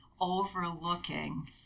overlooking